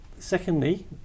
Secondly